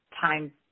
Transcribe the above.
time